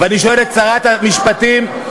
איזה חוצפה.